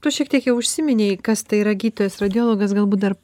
tu šiek tiek jau užsiminei kas tai yra gydytojas radiologas galbūt dar